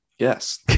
Yes